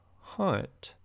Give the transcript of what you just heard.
hunt